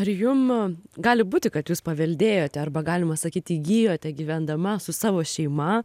ar jum gali būti kad jūs paveldėjote arba galima sakyt įgijote gyvendama su savo šeima